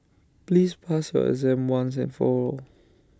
please pass your exam once and for all